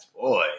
boy